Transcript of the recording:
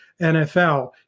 NFL